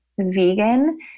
vegan